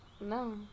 no